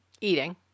eating